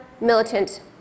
militant